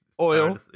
Oil